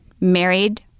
married